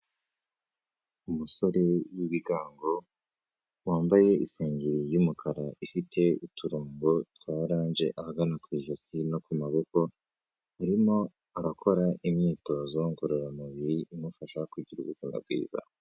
umusore w'ibigango wambaye isengeri y'umukara ifite uturongo twa orange ahagana ku ijosi no ku maboko, arimo arakora imyitozo ngororamubiri imufasha kugira ubuzima bwiza.